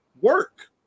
work